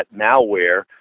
malware